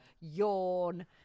Yawn